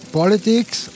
politics